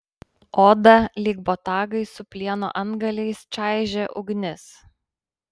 odą lyg botagai su plieno antgaliais čaižė ugnis